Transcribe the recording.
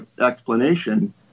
explanation